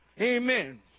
Amen